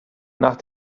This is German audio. nach